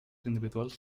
individuals